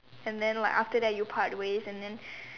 and then like after that you part ways and then